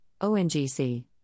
ONGC